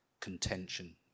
contention